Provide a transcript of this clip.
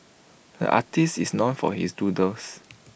the artist is known for his doodles